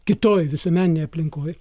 kitoj visuomeninėj aplinkoj